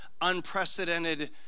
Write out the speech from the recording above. unprecedented